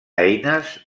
eines